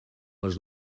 les